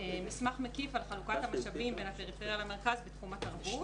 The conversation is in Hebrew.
מסמך מקיף על חלוקת המשאבים בין הפריפריה למרכז בתחום התרבות,